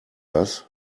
das